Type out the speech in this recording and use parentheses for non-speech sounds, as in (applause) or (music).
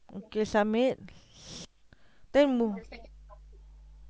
okay submit (noise) then mo~